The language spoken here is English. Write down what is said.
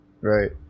Right